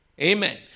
Amen